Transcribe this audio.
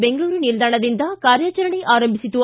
ಬೆಂಗಳೂರು ನಿಲ್ದಾಣದಿಂದ ಕಾರ್ಯಾಚರಣೆ ಆರಂಭಿಸಿತು